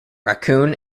raccoon